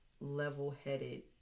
level-headed